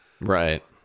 right